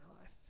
life